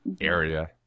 area